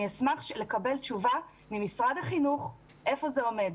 אני אשמח לקבל תשובה ממשרד החינוך, איפה זה עומד.